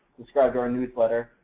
subscribe to our newsletter,